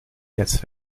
gets